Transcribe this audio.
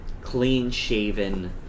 clean-shaven